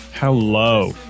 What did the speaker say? hello